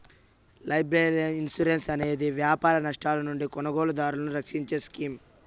liability insurance అనేది వ్యాపార నష్టాల నుండి కొనుగోలుదారులను రక్షించే స్కీమ్